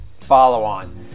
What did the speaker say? follow-on